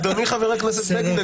אדוני חבר הכנסת בגין,